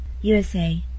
USA